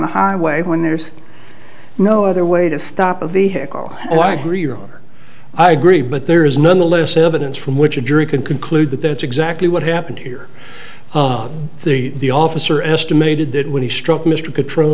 the highway when there's no other way to stop a vehicle and i agree or i agree but there is none the less evidence from which a jury could conclude that that's exactly what happened here the officer estimated that when he struck mr control